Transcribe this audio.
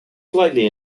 slightly